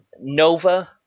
Nova